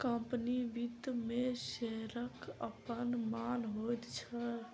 company वित्त मे शेयरक अपन मान होइत छै